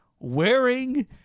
Wearing